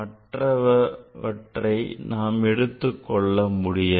மற்றவற்றை நாம் எடுத்துக்கொள்ள முடியாது